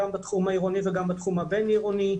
גם בתחום העירוני וגם בתחום הבין-עירוני,